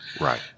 right